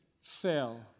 fell